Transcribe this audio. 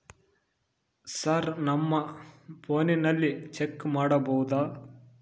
Sir ನಮ್ಮ ಫೋನಿನಲ್ಲಿ check ಮಾಡಬಹುದಾ?